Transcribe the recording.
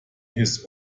his